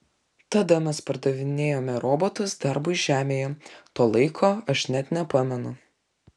tada mes pardavinėjome robotus darbui žemėje to laiko aš net nepamenu